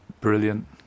Brilliant